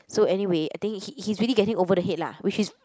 so anyway I think he he's really getting over the head lah which is